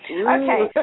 okay